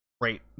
Great